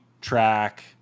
track